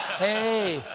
hey,